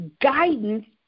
guidance